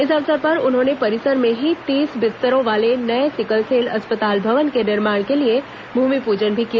इस अवसर पर उन्होंने परिसर में ही तीस बिस्तरों वाले नये सिकलसेल अस्पताल भवन के निर्माण के लिए भूमिपूजन भी किया